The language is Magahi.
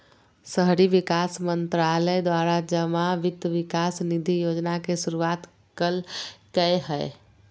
शहरी विकास मंत्रालय द्वारा जमा वित्त विकास निधि योजना के शुरुआत कल्कैय हइ